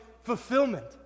fulfillment